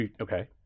Okay